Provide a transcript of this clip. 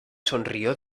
sonrió